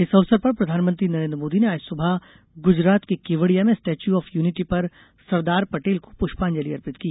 इस अवसर पर प्रधानमंत्री नरेंद्र मोदी ने आज सुबह गुजरात के केवडिया में स्टेच्यू ऑफ यूनिटी पर सरदार पटेल को पुष्पांजलि अर्पित की